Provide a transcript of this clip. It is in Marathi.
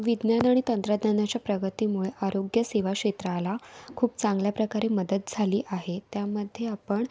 विज्ञान आणि तंत्रज्ञानाच्या प्रगतीमुळे आरोग्यसेवा क्षेत्राला खूप चांगल्याप्रकारे मदत झाली आहे त्यामध्ये आपण